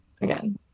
again